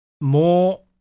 more